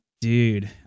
Dude